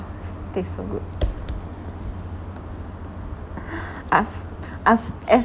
taste so good af~ as~ as~